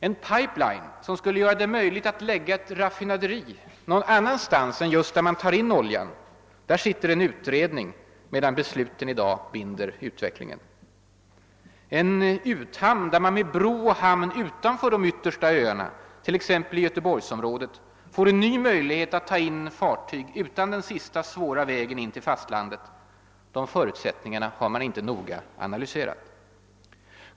En pipeline som skulle göra det möjligt att lägga ett raffinaderi någon annanstans än just där man tar in oljan — där sitter en utredning, medan besluten i dag binder utvecklingen. En uthamn där man med bro och hamn utanför de yttersta öarna, t.ex. i Göteborgsområdet, får en ny möjlighet att ta in fartyg utan den sista svåra vägen in till fastlandet — de förutsättningarna har man inte noga analyserat.